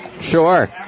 Sure